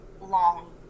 long